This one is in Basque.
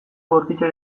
bortitza